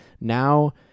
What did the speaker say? now